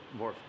more